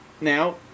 now